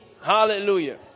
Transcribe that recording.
Hallelujah